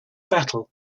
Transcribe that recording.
battle